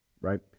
right